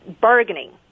bargaining